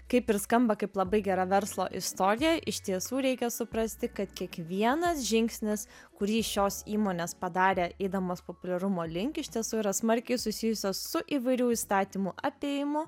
kaip ir skamba kaip labai gera verslo istorija iš tiesų reikia suprasti kad kiekvienas žingsnis kurį šios įmonės padarė eidamos populiarumo link iš tiesų yra smarkiai susijusios su įvairių įstatymų apėjimu